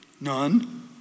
None